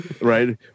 right